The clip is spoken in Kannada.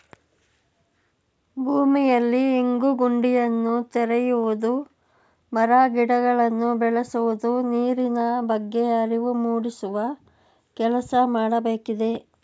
ಭೂಮಿಯಲ್ಲಿ ಇಂಗು ಗುಂಡಿಯನ್ನು ತೆರೆಯುವುದು, ಮರ ಗಿಡಗಳನ್ನು ಬೆಳೆಸುವುದು, ನೀರಿನ ಬಗ್ಗೆ ಅರಿವು ಮೂಡಿಸುವ ಕೆಲಸ ಮಾಡಬೇಕಿದೆ